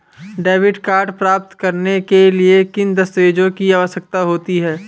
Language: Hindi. डेबिट कार्ड प्राप्त करने के लिए किन दस्तावेज़ों की आवश्यकता होती है?